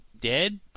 dead